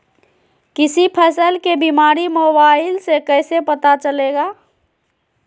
किसी फसल के बीमारी मोबाइल से कैसे पता चलेगा?